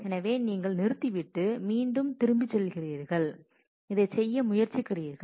எனவே நீங்கள் நிறுத்திவிட்டு மீண்டும் திரும்பிச் செல்கிறீர்கள் இதைச் செய்ய முயற்சிக்கிறீர்கள்